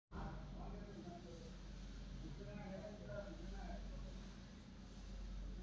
ಬೆಳೆದು ನಿಂತ ಧಾನ್ಯಗಳನ್ನ ಕೊಯ್ಲ ಮಾಡುದು